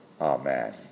Amen